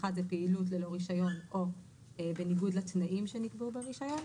סעיף (1) הוא פעילות ללא רישיון או בניגוד לתנאים שנקבעו ברישיון,